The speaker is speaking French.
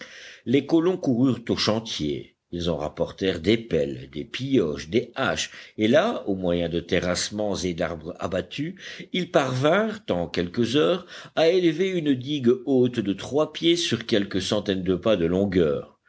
les colons coururent au chantier ils en rapportèrent des pelles des pioches des haches et là au moyen de terrassements et d'arbres abattus ils parvinrent en quelques heures à élever une digue haute de trois pieds sur quelques centaines de pas de longueur